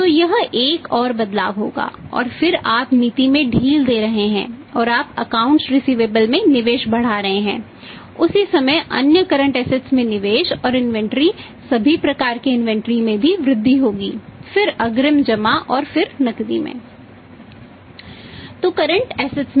तो यह एक और बदलाव होगा और फिर आप नीति में ढील दे रहे हैं और आप अकाउंट्स रिसिवेबलस में भी वृद्धि होगी फिर अग्रिम जमा और फिर नकदी में